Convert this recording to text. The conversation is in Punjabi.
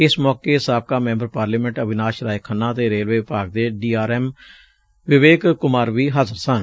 ਇਸ ਮੌਕੇ ਸਾਬਕਾ ਮੈਬਰ ਪਾਰਲੀਮੈਟ ਅਵਿਨਾਸ਼ ਰਾਏ ਖੰਨਾ ਅਤੇ ਰੇਲਵੇ ਵਿਭਾਗ ਦੇ D R M Vivek Kumar ਵੀ ਹਾਜ਼ਰ ਸਨ